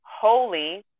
holy